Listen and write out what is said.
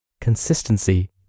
consistency